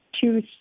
two